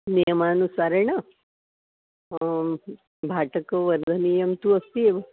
नियमानुसारेण भाटकं वर्धनीयं तु अस्ति एव